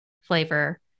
flavor